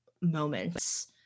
moments